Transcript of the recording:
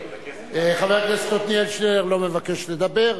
חבר הכנסת עתניאל שנלר לא מבקש לדבר.